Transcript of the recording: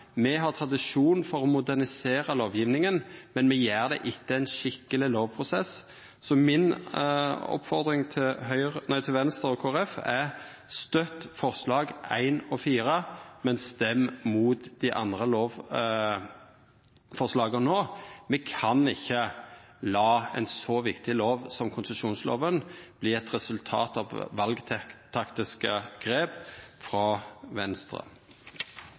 Me har tradisjon for å modernisera lovgjevinga, men me gjer det etter ein skikkeleg lovprosess. Så oppfordringa mi til Venstre og Kristeleg Folkeparti er: Støtt forslaga nr. 1 og 4, men stem mot dei andre forslaga no. Me kan ikkje la ein så viktig lov som konsesjonsloven verta eit resultat av valtaktiske grep frå Venstre.